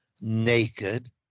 naked